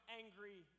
angry